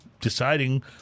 deciding